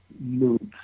moves